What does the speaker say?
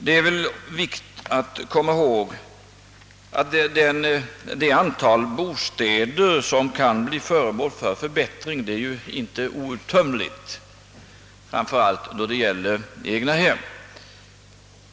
Det är viktigt att komma ihåg att det antal bostäder som skall bli föremål för förbättring inte är outtömligt, framför allt då det gäller egnahem.